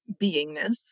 beingness